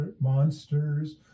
monsters